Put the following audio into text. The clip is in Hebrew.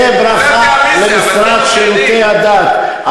זו ברכה למשרד שירותי הדת.